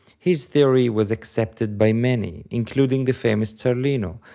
his theory was accepted by many including the famous zarlino,